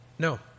No